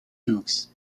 hughes